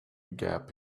gap